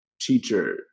Teacher